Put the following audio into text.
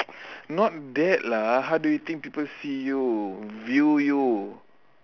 not that lah how do did people see you view you